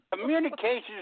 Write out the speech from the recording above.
Communications